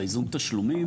באיזון התשלומים